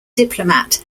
diplomat